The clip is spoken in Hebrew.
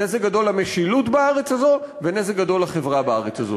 נזק גדול למשילות בארץ הזאת ונזק גדול לחברה בארץ הזאת.